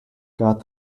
got